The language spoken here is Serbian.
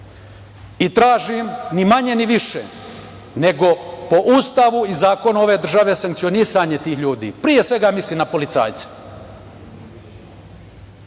njoj. Tražim ni manje, ni više nego po Ustavu i zakonu ove države sankcionisanje tih ljudi. Pre svega mislim na policajce.